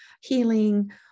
healing